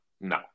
No